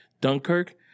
Dunkirk